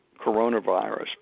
coronavirus